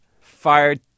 fired